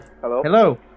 Hello